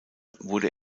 wurde